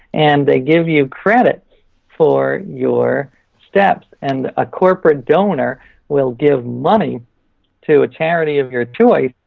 and they give you credit for your steps. and a corporate donor will give money to a charity of your choice.